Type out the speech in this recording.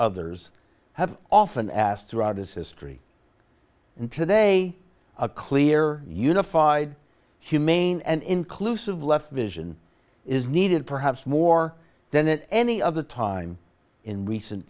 others have often asked throughout its history and today a clear unified humane and inclusive left vision is needed perhaps more than any other time in recent